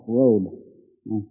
road